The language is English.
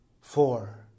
Four